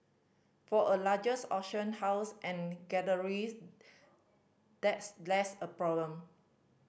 for a largest auction house and galleries that's less of a problem